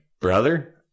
brother